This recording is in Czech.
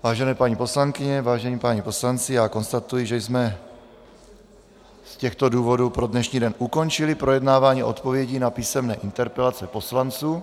Vážené paní poslankyně, vážení páni poslanci, konstatuji, že jsme z těchto důvodů pro dnešní den ukončili projednávání odpovědí na písemné interpelace poslanců.